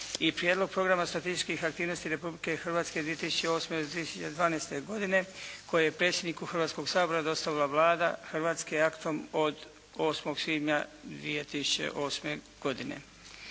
i Prijedlog programa statističkih aktivnosti Republike Hrvatske 2008.-2012. godine koje je predsjedniku Hrvatskog sabora dostavila Vlada Hrvatske aktom od 8. svibnja 2008. godine.